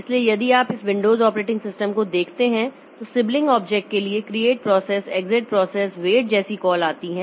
इसलिए यदि आप इस विंडोज़ ऑपरेटिंग सिस्टम को देखते हैं तो सिबलिंग ऑब्जेक्ट्स के लिए create process exit process wait जैसी कॉल आती हैं